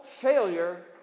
failure